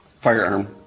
firearm